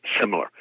Similar